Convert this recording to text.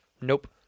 Nope